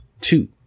two